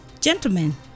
Gentlemen